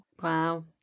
Wow